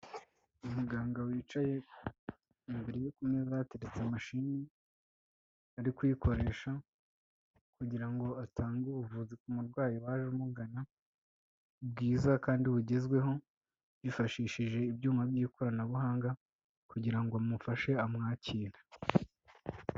Umuganga wicaye imbere ye ku meza hateretse mashini, ari kuyikoresha kugira ngo atange ubuvuzi ku murwayi waje amugana bwiza kandi bugezweho, yifashishije ibyuma by'ikoranabuhanga kugira ngo amufashe amwakire.